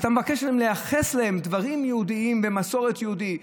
אתה מבקש לייחס להם דברים יהודיים ומסורת יהודית,